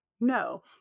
No